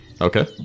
Okay